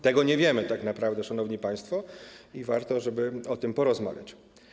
Tego nie wiemy tak naprawdę, szanowni państwo, i warto, żeby o tym porozmawiać.